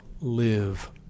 live